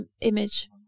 image